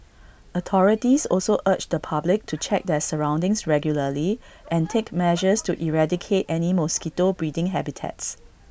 authorities also urge the public to check their surroundings regularly and take measures to eradicate any mosquito breeding habitats